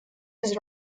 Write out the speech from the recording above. his